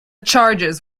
charges